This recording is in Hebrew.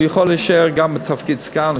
הוא יכול להישאר גם בתפקיד סגן,